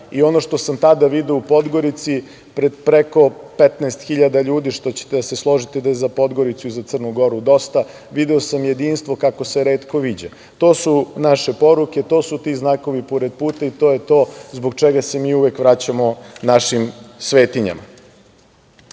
i ono što sam tada video u Podgorici preko 15 hiljada ljudi, što ćete da se složiti da je za Podgoricu i Crnu Goru dosta, video sam jedinstvo kako se retko viđa. To su naše poruke, to su ti znakovi pored puta i to je to zbog čega se mi uvek vraćamo našim svetinjama. Nije